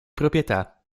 proprietà